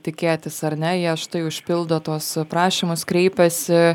tikėtis ar ne jie štai užpildo tuos prašymus kreipiasi